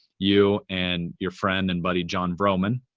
you and your friend and buddy, jon vroman,